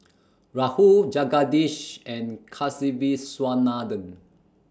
Rahul Jagadish and Kasiviswanathan